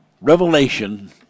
revelation